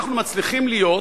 אנחנו מצליחים להיות,